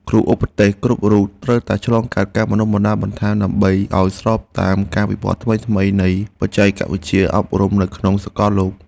គ្រូឧទ្ទេសគ្រប់រូបត្រូវតែឆ្លងកាត់ការបណ្តុះបណ្តាលបន្ថែមដើម្បីឱ្យស្របតាមការវិវត្តថ្មីៗនៃបច្ចេកវិទ្យាអប់រំនៅក្នុងសកលលោក។